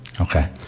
Okay